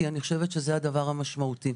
כי אני חושבת שזה הדבר המשמעותי.